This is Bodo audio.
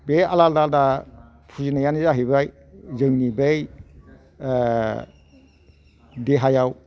बे आलादा आलादा फुजिनायानो जाहैबाय जोंनि बै देहायाव